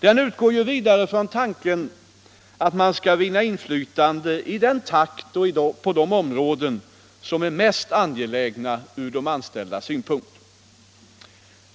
Det utgår vidare från tanken att man skall vinna inflytande i den takt och på de områden som är mest angelägna ur de anställdas synpunkt.